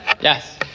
Yes